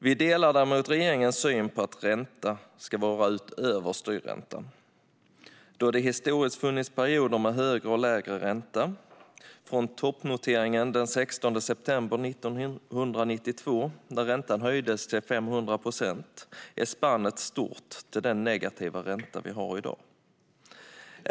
Vi delar däremot regeringens syn på att räntan ska vara högre än styrräntan då det historiskt funnits perioder med högre och lägre ränta. Från toppnoteringen den 16 september 1992, när räntan höjdes till 500 procent, är spannet stort till den negativa ränta som vi har i dag.